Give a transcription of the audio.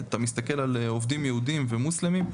אתה מסתכל על עובדים יהודים ומוסלמים,